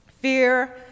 fear